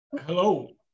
hello